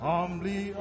Humbly